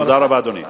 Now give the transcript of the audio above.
תודה רבה, אדוני.